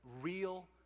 real